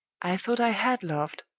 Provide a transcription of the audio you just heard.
i thought i had loved,